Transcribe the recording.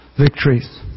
victories